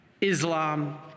Islam